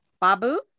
Babu